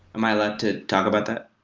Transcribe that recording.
am i allowed to talk about that?